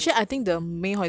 I I just think we as